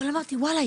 אבל אמרתי וואלה,